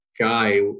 guy